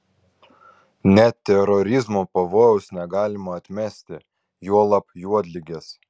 net terorizmo pavojaus negalima atmesti juolab juodligės